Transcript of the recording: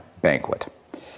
banquet